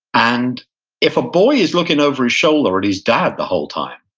and if a boy is looking over his shoulder at his dad the whole time,